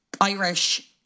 Irish